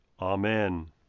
Amen